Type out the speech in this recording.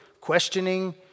questioning